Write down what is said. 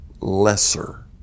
lesser